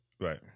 Right